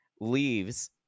leaves